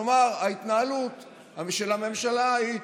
כלומר ההתנהלות של הממשלה היא: